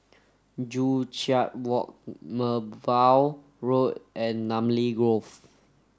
Joo Chiat Walk Merbau Road and Namly Grove